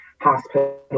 hospital